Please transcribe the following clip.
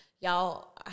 y'all